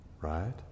right